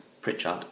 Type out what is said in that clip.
Pritchard